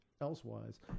elsewise